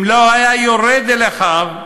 אם לא היה יורד אל אחיו,